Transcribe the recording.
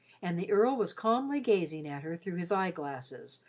and the earl was calmly gazing at her through his eyeglasses,